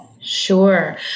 Sure